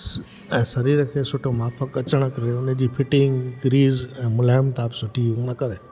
ऐं शरीर खे सुठो माप अचणु करे उन जी फिटिंग क्रीज़ ऐं मुलायमता बि सुठी इन करे